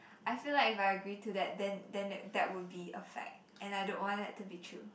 I feel like if I agree to that then then that that would be a fact and I don't want that to be true